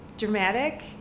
Dramatic